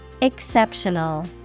Exceptional